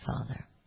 Father